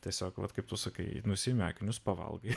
tiesiog vat kaip tu sakai nusiėmė akinius pavalgai